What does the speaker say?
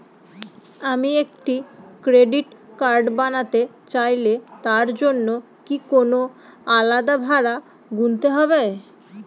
আমি একটি credit card বানাতে চাইলে তার জন্য কি কোনো আলাদা ভাড়া গুনতে হবে?